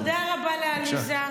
תודה רבה לעליזה.